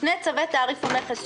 שני צווי תעריף המכס,